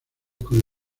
con